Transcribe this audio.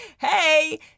Hey